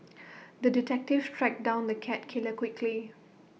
the detective tracked down the cat killer quickly